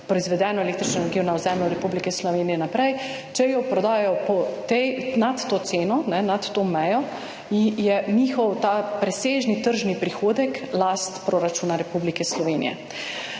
proizvedeno električno energijo na ozemlju Republike Slovenije naprej, če jo prodajajo po tej, nad to ceno, nad to mejo, je njihov ta presežni tržni prihodek last proračuna Republike Slovenije.